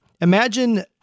Imagine